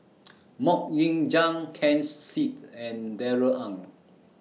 Mok Ying Jang Ken Seet and Darrell Ang